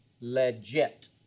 legit